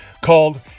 called